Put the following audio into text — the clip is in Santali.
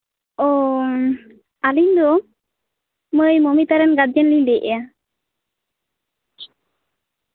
ᱚ ᱟᱸᱡᱚᱢ ᱫᱟᱹᱧ ᱤᱧ ᱢᱚᱢᱚᱛᱟ ᱨᱮᱱ ᱜᱟᱨᱡᱤᱱᱤᱧ ᱞᱟᱹᱭᱮᱜᱼᱟ